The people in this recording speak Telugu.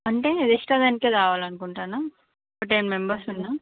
అంటే రెస్టారెంట్కే రావాలనుకుంటున్నాం ఒక టెన్ మెంబర్స్ ఉన్నాము